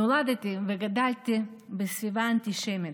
נולדתי וגדלתי בסביבה אנטישמית.